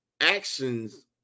actions